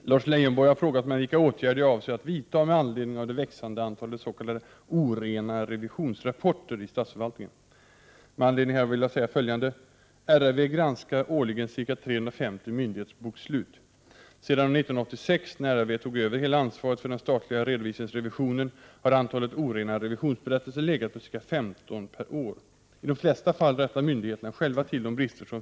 Herr talman! Lars Leijonborg har frågat mig vilka åtgärder jag avser att vidta med anledning av det växande antalet s.k. orena revisionsrapporter i statsförvaltningen. RRV granskar årligen ca 350 myndighetsbokslut. Sedan år 1986, när RRV tog över hela ansvaret för den statliga redovisningsrevisionen, har antalet orena revisionsberättelser legat på ca 15 per år. I de flesta fall rättar myndigheterna själva till de brister som finns. Prot.